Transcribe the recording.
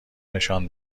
نشان